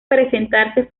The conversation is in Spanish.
presentarse